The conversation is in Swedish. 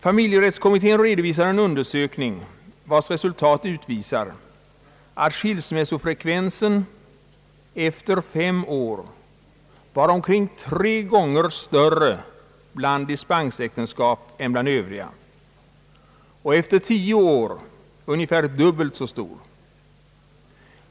Familjerättskommittén redovisar en undersökning som utvisade att skilsmässofrekvensen efter fem år var omkring tre gånger större bland dispensäktenskap än bland övriga och efter tio år ungefär dubbelt så stor.